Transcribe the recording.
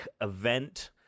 event